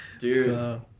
Dude